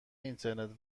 اینترنت